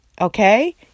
Okay